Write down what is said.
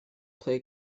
play